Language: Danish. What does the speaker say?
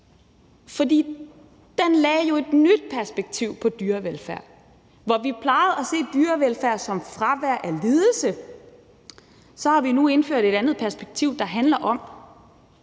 for den lagde jo et nyt perspektiv på dyrevelfærd. Hvor vi plejede at se dyrevelfærd som fravær af lidelse, har vi nu indført et andet perspektiv, der handler om,